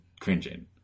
cringing